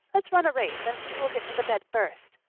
let's run a race and see who'll get to the bed first.